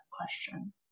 question